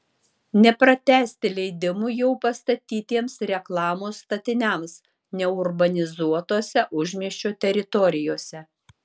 nepratęsti leidimų jau pastatytiems reklamos statiniams neurbanizuotose užmiesčio teritorijose